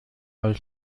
aus